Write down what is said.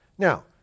Now